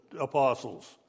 apostles